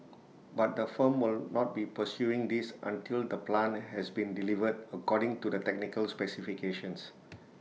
but the firm will not be pursuing this until the plant has been delivered according to the technical specifications